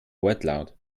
wortlaut